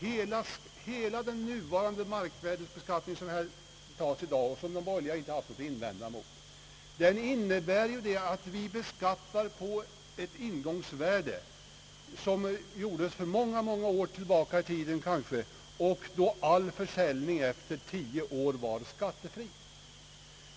Hela den nya markvärdebeskattning, som beslutas i dag och som de borgerliga inte haft något att invända emot, innebär ju att vi beskattar på ett ingångsvärde som fastställdes för många år sedan, då all försäljning efter tio år var skattefri.